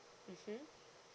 mmhmm